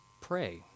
pray